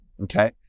okay